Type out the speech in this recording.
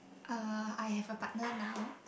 uh I have a partner now